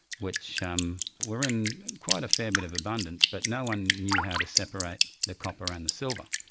which um were in quite a fair bit of abundance, but no-one knew how to separate the copper and the silver.